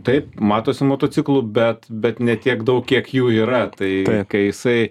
taip matosi motociklų bet bet ne tiek daug kiek jų yra tai kai jisai